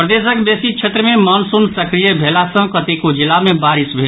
प्रदेशक बेसी क्षेत्र मे मॉनसून सक्रिय भेला सँ कतेको जिला मे बारिश भेल